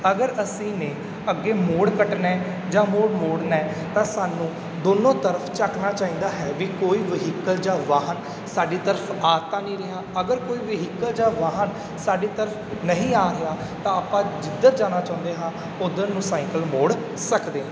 ਅਗਰ ਅਸੀਂ ਨੇ ਅੱਗੇ ਮੋੜ ਕੱਟਣਾ ਜਾਂ ਮੋੜ ਮੋੜਨਾ ਤਾਂ ਸਾਨੂੰ ਦੋਨੋਂ ਤਰਫ ਝਾਕਣਾ ਚਾਹੀਦਾ ਹੈ ਵੀ ਕੋਈ ਵਹੀਕਲ ਜਾਂ ਵਾਹਨ ਸਾਡੀ ਤਰਫ ਆ ਤਾਂ ਨਹੀਂ ਰਿਹਾ ਅਗਰ ਕੋਈ ਵਹੀਕਲ ਜਾਂ ਵਾਹਨ ਸਾਡੇ ਤਰਫ ਨਹੀਂ ਆ ਰਿਹਾ ਤਾਂ ਆਪਾਂ ਜਿੱਧਰ ਜਾਣਾ ਚਾਹੁੰਦੇ ਹਾਂ ਉੱਧਰ ਨੂੰ ਸਾਈਕਲ ਮੋੜ ਸਕਦੇ ਹਾਂ